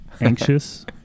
anxious